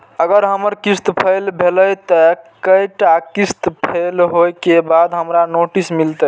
अगर हमर किस्त फैल भेलय त कै टा किस्त फैल होय के बाद हमरा नोटिस मिलते?